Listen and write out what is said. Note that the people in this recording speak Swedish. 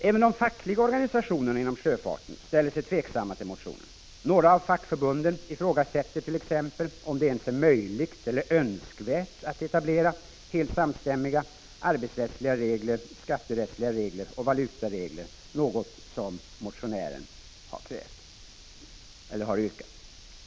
Även de fackliga organisationerna inom sjöfarten ställer sig tveksamma till motionen. Några av fackförbunden ifrågasätter t.ex. om det ens är möjligt eller önskvärt att etablera helt samstämmiga arbetsrättsliga regler, skatterättsliga regler och valutaregler.